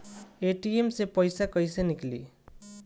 ATM से पइसा कइसे निकली?